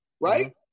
right